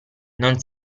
non